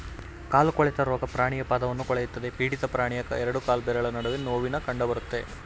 ಕಾಲು ಕೊಳೆತ ರೋಗ ಪ್ರಾಣಿಯ ಪಾದವನ್ನು ಕೊಳೆಯುತ್ತದೆ ಪೀಡಿತ ಪ್ರಾಣಿಯ ಎರಡು ಕಾಲ್ಬೆರಳ ನಡುವೆ ನೋವಿನ ಕಂಡಬರುತ್ತೆ